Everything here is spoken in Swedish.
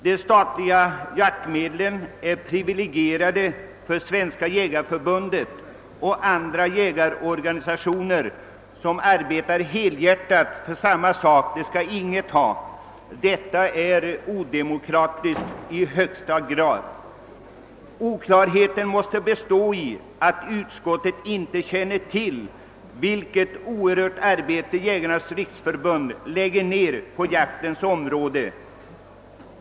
De statliga jaktmedlen är privilegierade för Svenska jäga reförbundet, och att andra jägarorganisationer som arbetar helhjärtat för samma sak inte skall ha något statsbidrag är odemokratiskt i högsta grad. Oklarheten måste bestå i att utskottet inte känner till vilket oerhört arbete Jägarnas riksförbund lägger ner på jaktens område.